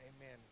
Amen